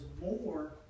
more